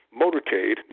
motorcade